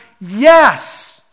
Yes